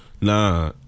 Nah